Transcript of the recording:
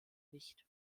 nicht